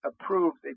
approved